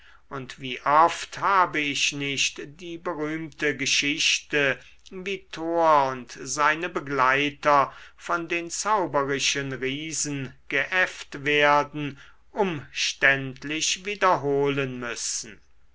und wie oft habe ich nicht die berühmte geschichte wie thor und seine begleiter von den zauberischen riesen geäfft werden umständlich wiederholen müssen